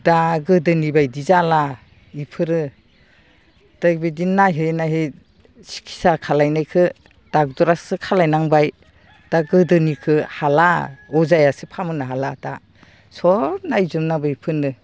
दा गोदोनि बायदि जाला बेफोरो दा बेबायदिनो नायहोयै नायहोयै सिकित्सा खालामनायखौ डाक्टरासो खालामनांबाय दा गोदोनिखौ हाला अजायासो फाहामनो हाला दा सब नायजोबनांबाय बेफोरनो